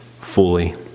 fully